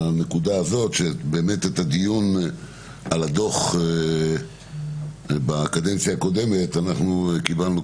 לכך שבאמת את הדיון על הדוח בקדנציה הקודמת אנחנו קיבלנו,